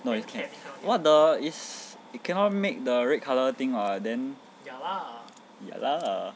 what the is cannot make the red colour thing [what] then ya lah